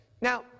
Now